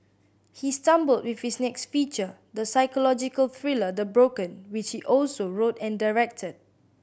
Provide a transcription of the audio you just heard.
he stumbled with his next feature the psychological thriller The Broken which he also wrote and directed